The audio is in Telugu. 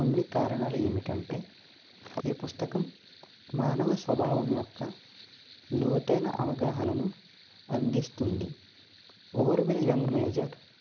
కొన్ని కారణాలు ఏంటంటే ఈ పుస్తకం మానవ స్వభావం యొక్క లోతైన అవగాహనను అందిస్తుంది వోర్వెల్ యంగ్ మేజర్ ఒక